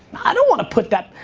i don't want to put that,